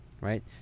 Right